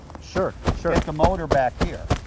sure, sure. get the motor back here.